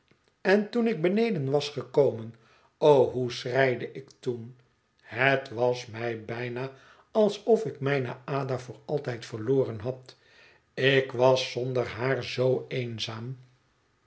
en toen ik beneden was gekomen o hoe schreide ik toen het was mij bijna alsof ik mijne ada voor altijd verloren had ik was zonder haar zoo eenzaam